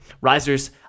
Risers